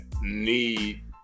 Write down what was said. need